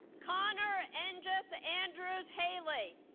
connor angus ah andrews haley